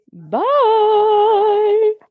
Bye